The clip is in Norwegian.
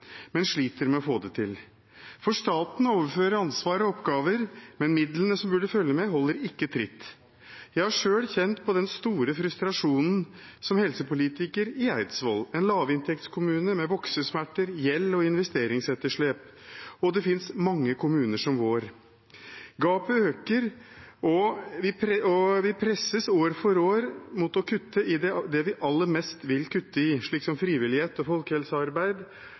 men sliter med å få det til. For staten overfører ansvar av oppgaver, men midlene som burde følge med, holder ikke tritt. Jeg har selv kjent på den store frustrasjonen som helsepolitiker i Eidsvoll, en lavinntektskommune med voksesmerter, gjeld og investeringsetterslep. Og det finnes mange kommuner som vår. Gapet øker, og vi presses år for år til å kutte i det vi aller minst vil kutte i, slik som frivillighet og folkehelsearbeid,